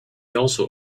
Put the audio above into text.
also